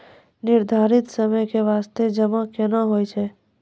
निर्धारित समय के बास्ते जमा केना होय छै?